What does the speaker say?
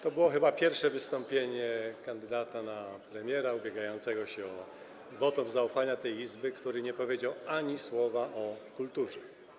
To było chyba pierwsze wystąpienie kandydata na premiera ubiegającego się o wotum zaufania tej Izby, który nie powiedział ani słowa o kulturze.